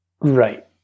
right